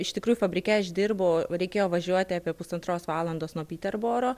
iš tikrųjų fabrike aš dirbau reikėjo važiuoti apie pusantros valandos nuo piterboro